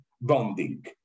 bonding